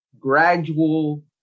gradual